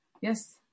Yes